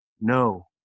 No